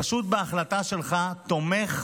פשוט בהחלטה שלך תומך,